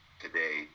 today